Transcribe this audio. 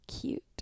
cute